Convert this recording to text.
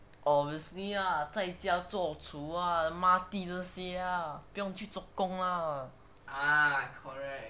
obviously lah 在家做厨抹地呀不用去做工 lah